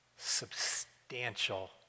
substantial